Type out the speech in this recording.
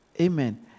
Amen